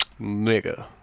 Nigga